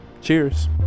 Cheers